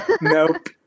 Nope